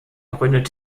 gründet